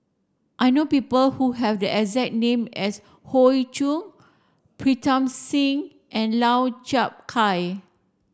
I know people who have the exact name as Hoey Choo Pritam Singh and Lau Chiap Khai